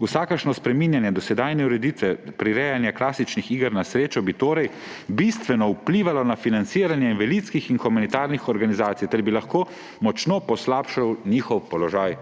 »Vsakršno spreminjanje dosedanje ureditve prirejanja klasičnih iger na srečo bi torej bistveno vplivalo na financiranje invalidskih in humanitarnih organizacij ter bi lahko močno poslabšalo njihov položaj.«